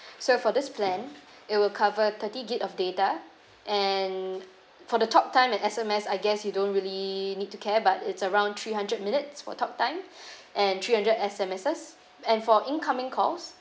so for this plan it will cover thirty gig of data and for the talk time and S_M_S I guess you don't really need to care but it's around three hundred minutes for talk time and three hundred S_M_Ses and for incoming calls